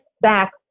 back